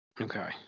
Okay